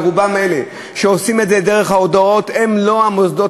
ורוב אלה שעושים את זה דרך ההודעות הם לא המוסדות